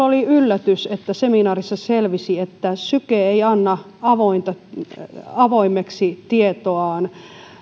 oli yllätys kun seminaarissa selvisi että syke ei anna avoimeksi tietoaan